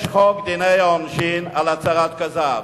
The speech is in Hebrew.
יש חוק דיני עונשין על הצהרת כזב.